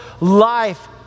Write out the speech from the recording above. life